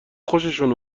خوششون